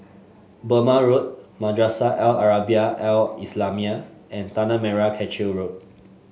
Burmah Road Madrasah Al Arabiah Al Islamiah and Tanah Merah Kechil Road